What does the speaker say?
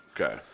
Okay